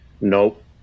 Nope